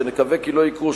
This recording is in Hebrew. שנקווה כי לא יקרו,